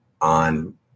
on